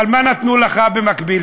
אבל מה נתנו לך במקביל?